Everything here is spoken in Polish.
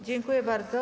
Dziękuję bardzo.